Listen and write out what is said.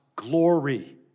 glory